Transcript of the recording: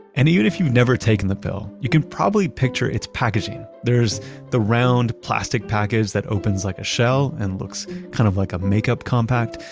and even if you've never taken the pill, you can probably picture its packaging. there's the round plastic package that opens like a shell and looks kind of like a makeup compact.